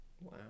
Wow